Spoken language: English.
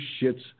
shits